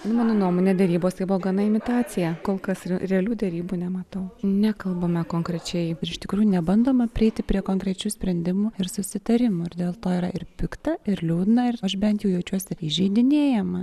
mano nuomone derybos tai buvo gana imitacija kol kas realių derybų nematau nekalbame konkrečiai ir iš tikrųjų nebandoma prieiti prie konkrečių sprendimų ir susitarimų ir dėl to yra ir pikta ir liūdna ir aš bent jau jaučiuosi įžeidinėjama